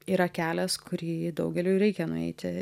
yra kelias kurį daugeliui reikia nueiti